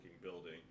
building